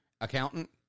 accountant